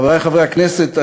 חברי חברי הכנסת,